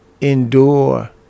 Endure